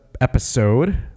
episode